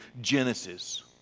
Genesis